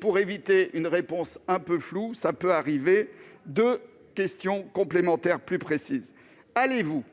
Pour éviter une réponse un peu floue - ça peut arriver !-, je poserai deux questions complémentaires plus précises. Allez-vous,